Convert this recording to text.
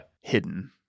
Hidden